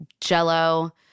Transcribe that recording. Jello